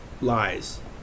lies